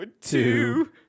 two